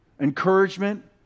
encouragement